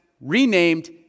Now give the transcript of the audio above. renamed